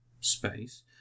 space